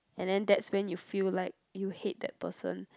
and then that's when you feel like you hate that person